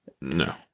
No